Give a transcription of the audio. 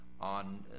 on